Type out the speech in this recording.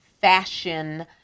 fashion